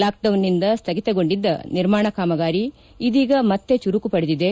ುಕ್ಡೌನ್ನಿಂದ ಸ್ಥಗಿತಗೊಂಡಿದ್ದ ನಿರ್ಮಾಣ ಕಾಮಗಾರಿ ಇದೀಗ ಮತ್ತೆ ಚುರುಕು ಪಡೆದಿದೆ